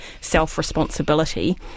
self-responsibility